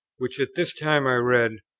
which at this time i read,